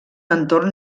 entorn